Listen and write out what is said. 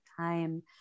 time